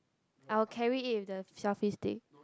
I will carry it with the selfie stick